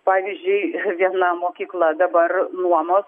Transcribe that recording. pavyzdžiui viena mokykla dabar nuomos